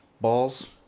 Balls